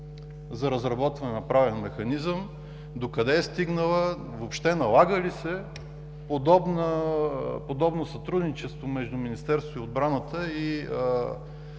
за разработване на правен механизъм? Докъде е стигнала? Налага ли се подобно сътрудничество между Министерството на отбраната и